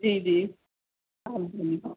جی جی